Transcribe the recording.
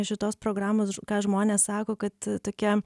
šitos programos ž ką žmonės sako kad tokia